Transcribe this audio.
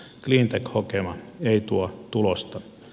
cleantech hokema ei tuo tulosta